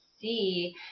see